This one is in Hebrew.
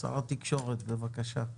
שר התקשורת, בבקשה.